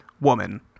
woman